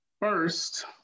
First